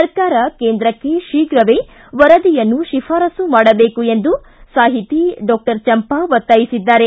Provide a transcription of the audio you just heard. ಸರ್ಕಾರ ಕೇಂದ್ರಕ್ಕೆ ಶೀಘವೇ ವರದಿಯನ್ನು ಶಿಫಾರಸು ಮಾಡಬೇಕೆಂದು ಸಾಹಿತಿ ಡಾಕ್ಟರ್ ಚಂಪಾ ಒತ್ತಾಯಿಸಿದ್ದಾರೆ